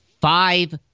five